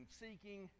seeking